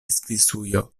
svisujo